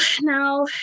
now